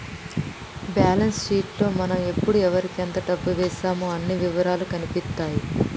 balance sheet లో మనం ఎప్పుడు ఎవరికీ ఎంత డబ్బు వేశామో అన్ని ఇవరాలూ కనిపిత్తాయి